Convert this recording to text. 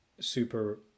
super